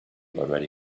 already